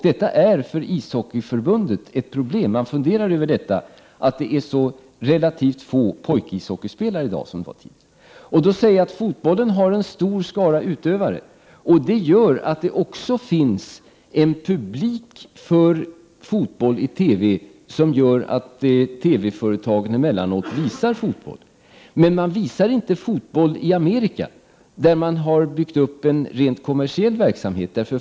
Det är för Ishockeyförbundet ett problem att det i dag är så relativt få pojkar som spelar ishockey. Fotbollen har en stor skara utövare, vilket gör att det också finns en publik för fotboll i TV. Detta medför att TV-företagen emellanåt visar fotboll. Men i USA visar man inte fotboll. Där har man byggt upp en rent kommersiell verksamhet.